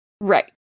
Right